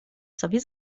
sobie